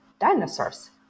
Dinosaurs